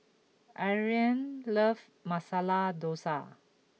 Ariane loves Masala Dosa